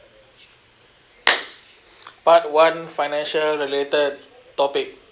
part one financial related topic